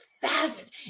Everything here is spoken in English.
fast